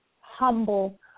humble